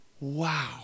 wow